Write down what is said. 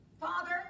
father